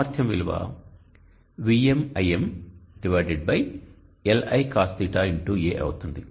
ఇప్పుడు సామర్థ్యం విలువ VmIm Li cos θ x A అవుతుంది